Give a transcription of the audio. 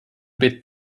bit